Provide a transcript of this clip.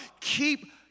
Keep